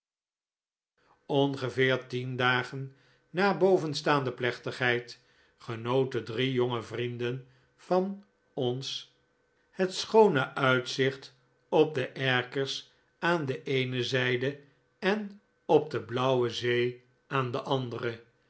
ongeveer tien dagen na bovenstaande plechtigheid genoten drie jonge vrienden van ons het schoone uitzicht op erkers aan de eene zijde en op de blauwe zee aan de andere